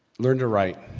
learn to write,